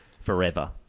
forever